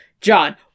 John